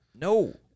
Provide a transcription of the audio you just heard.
No